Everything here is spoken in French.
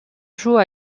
joue